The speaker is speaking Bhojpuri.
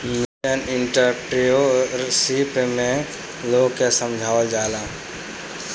मिलेनियल एंटरप्रेन्योरशिप में लोग के समझावल जाला